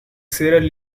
sierra